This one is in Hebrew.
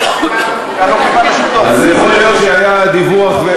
אין דיווח,